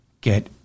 get